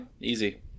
Easy